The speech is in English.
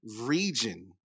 region